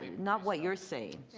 not what you are saying.